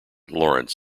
lawrence